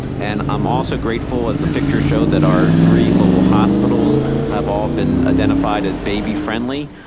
and i'm also grateful, as the picture showed, that our three local hospitals have all been identified as baby-friendly,